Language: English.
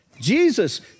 Jesus